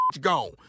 gone